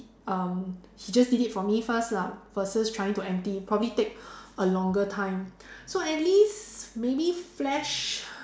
um he just did it for me first lah versus trying to empty probably take a longer time so at least maybe flash